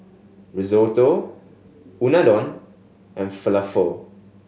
Risotto Unadon and Falafel